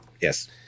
Yes